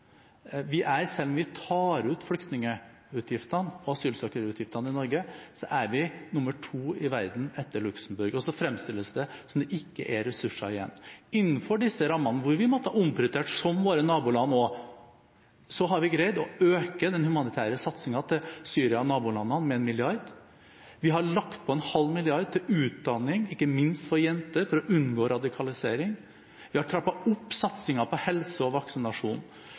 Vi er, selv om vi tar ut flyktningutgiftene og asylsøkerutgiftene i Norge, nummer to i verden etter Luxembourg. Og så fremstilles det som om det ikke er ressurser igjen. Innenfor disse rammene, hvor vi har måttet omprioritere, som våre naboland også har gjort, har vi greid å øke den humanitære satsingen til Syria og nabolandene med 1 mrd. Vi har lagt på en halv milliard til utdanning, ikke minst for jenter, for å unngå radikalisering. Vi har trappet opp satsingen på helse og